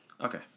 Okay